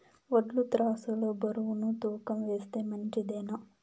వడ్లు త్రాసు లో బరువును తూకం వేస్తే మంచిదేనా?